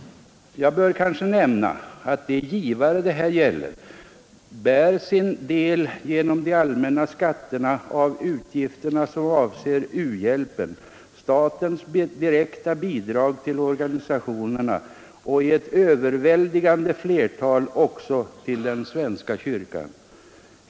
Jag bör kanske nämna att de givare det här gäller bär sin del genom de allmänna skatterna av utgifterna som avser u-hjälpen, statens direkta bidrag till organisationerna och i ett överväldigande flertal fall också till den svenska kyrkan.